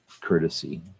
courtesy